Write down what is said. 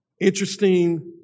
Interesting